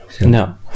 No